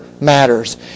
matters